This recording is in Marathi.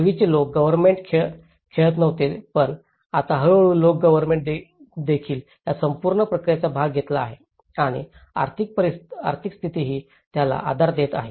पूर्वीचे लोकल गव्हर्नमेंट खेळत नव्हते पण आता हळूहळू लोकल गव्हर्नमेंट नेदेखील या संपूर्ण प्रक्रियेचा भाग घेतला आहे आणि आर्थिक स्थिती ही त्याला आधार देत आहे